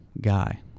guy